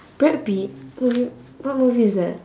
brad pitt what mo~ what movie is that